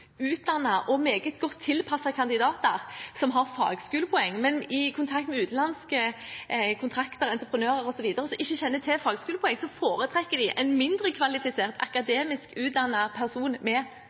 og meget godt tilpassede kandidater som har fagskolepoeng, men i kontakt med utenlandske kontrakter, entreprenører osv. som ikke kjenner til fagskolepoeng, foretrekker de en mindre kvalifisert,